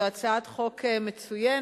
זו הצעת חוק מצוינת,